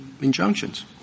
injunctions